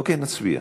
אוקיי, נצביע.